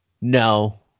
No